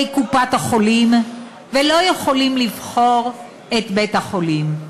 קופת-החולים ולא יכולים לבחור את בית-החולים.